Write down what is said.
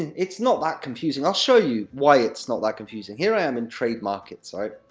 and it's not that confusing. i'll show you why it's not that confusing. here i am, in trade markets alright,